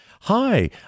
hi